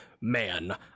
man